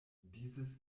dieses